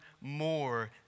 more